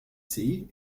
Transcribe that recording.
sea